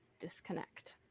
disconnect